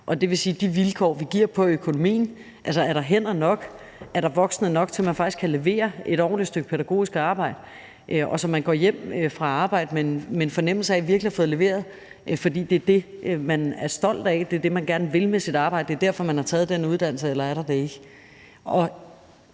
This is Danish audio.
det vil sige de vilkår, vi giver økonomien, altså om der er hænder nok – er der voksne nok til, at man faktisk kan levere et ordentligt stykke pædagogisk arbejde, og at man går hjem fra arbejde med en fornemmelse af virkelig at have fået leveret, fordi det er det, man er stolt af, og det er det, man gerne vil med sit arbejde, det er derfor, man har taget den uddannelse – eller om der ikke